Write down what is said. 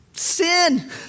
sin